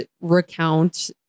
recount